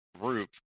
group